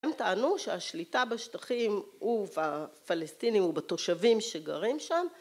הם טענו שהשליטה בשטחים ובפלסטינים ובתושבים שגרים שם